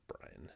Brian